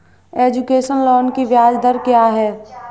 Education loan की ब्याज दर क्या है?